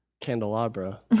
candelabra